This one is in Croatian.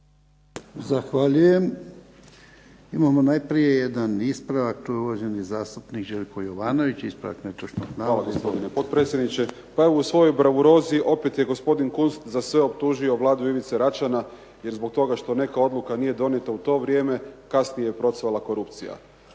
Zahvaljujem. Imamo najprije jedan ispravak, to je uvaženi zastupnik Željko Jovanović, ispravak netočnog navoda. **Jovanović, Željko (SDP)** Hvala gospodine potpredsjedniče. Pa evo u svojoj …/Govornik se ne razumije./… opet je gospodin Kunst za sve optužio Vladu Ivice Račana, jer zbog toga što neka odluka nije donijeta u to vrijeme kasnije je procvala korupcija.